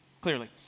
clearly